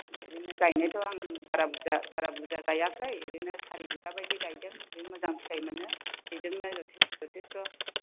नै एरैनो गायनोथ' आं बारा बुरजा बारा बुरजा गायाखै इरैनो सारी बिघा बायदि गायदों बे मोजां फिथाइ मोनो बेजोंनो जथेस्थ'